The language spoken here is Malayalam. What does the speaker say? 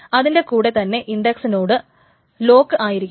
അതിൻറെ കൂടെ തന്നെ ഇൻഡക്സ് നോഡ് ലോക്ക് ആയിരിക്കും